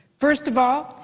first of all,